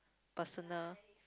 personal